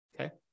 Okay